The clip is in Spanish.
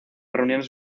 reuniones